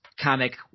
comic